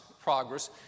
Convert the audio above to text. progress